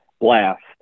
blast